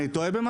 אני טועה במשהו?